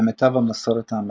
במיטב המסורת האמריקאית.